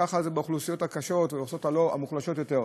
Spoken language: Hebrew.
ככה זה באוכלוסיות הקשות ובאוכלוסיות המוחלשות יותר.